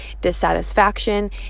dissatisfaction